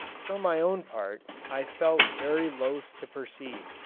for my own part, i felt very loth to proceed,